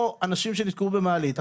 או אנשים שנתקעו במעלית.